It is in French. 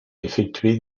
effectué